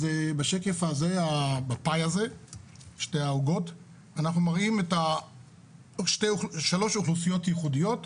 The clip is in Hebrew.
אנחנו מראים שלוש אוכלוסיות ייחודיות,